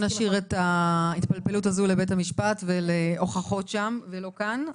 נשאיר את ההתפלפלות הזו לבית המשפט ולהוכחות שם ולא כאן.